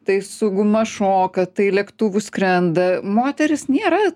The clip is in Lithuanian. tai su guma šoka tai lėktuvu skrenda moterys nėra